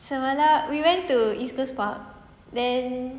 semalam we went to east coast park then